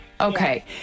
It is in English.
Okay